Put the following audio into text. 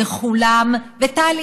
וטלי,